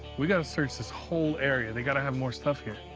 we gotta search this whole area. they gotta have more stuff here.